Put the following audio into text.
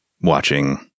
watching